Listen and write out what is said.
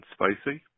Spicy